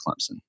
Clemson